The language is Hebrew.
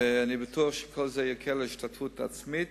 ואני בטוח שכל זה יקל את ההשתתפות העצמית.